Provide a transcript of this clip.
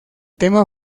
tema